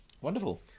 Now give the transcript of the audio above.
wonderful